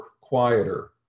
quieter